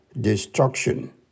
destruction